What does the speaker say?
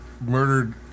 murdered